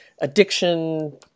addiction